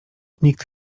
nikt